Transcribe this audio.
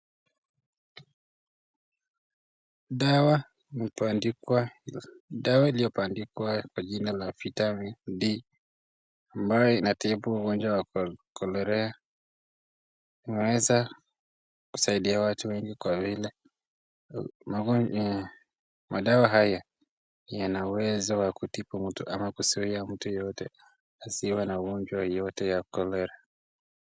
Dawa iliyoandikwa. Dawa iliyoandikwa kwa jina la vitamini D ambayo inatibu ugonjwa wa cholera. Inaweza kusaidia watu wengi kwa vile madawa haya yana uwezo wa kutibu mtu ama kuzuia mtu yeyote asiwe na ugonjwa yeyote ya cholera.